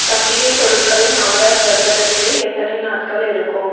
பண்டிகை பொருட்களின் ஆடர் வருவதற்கு எத்தனை நாட்கள் எடுக்கும்